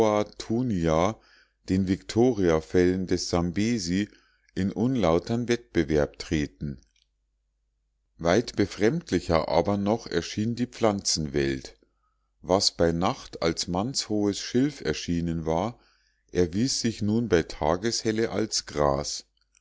den viktoriafällen des sambesi in unlautern wettbewerb treten weit befremdlicher aber noch erschien die pflanzenwelt was bei nacht als mannshohes schilf erschienen war erwies sich nun bei tageshelle als gras